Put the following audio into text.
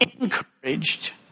encouraged